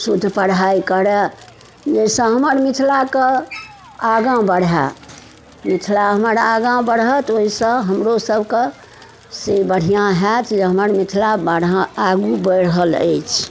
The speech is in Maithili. शुद्ध पढ़ाइ करै जाहिसँ हमर मिथिलाके आगाँ बढ़ै मिथिला हमर आगाँ बढ़त ओहिसँ हमरो सबके से बढ़िआँ हैत जे हमर मिथिला बढ़ऽ आगू बढ़ल अछि